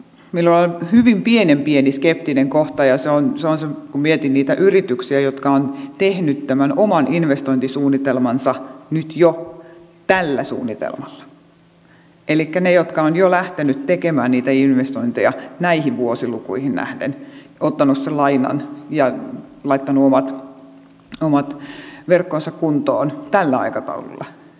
minulla on hyvin pienen pieni skeptinen kohta ja se on se kun mietin niitä yrityksiä jotka ovat tehneet tämän oman investointisuunnitelmansa nyt jo tällä suunnitelmalla elikkä niitä jotka ovat jo lähteneet tekemään niitä investointeja näihin vuosilukuihin nähden ottaneet sen lainan ja laittaneet omat verkkonsa kuntoon tällä aikataululla